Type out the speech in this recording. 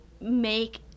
make